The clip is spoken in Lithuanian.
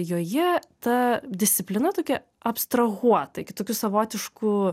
joje ta disciplina tokia abstrahuotai kitokių savotiškų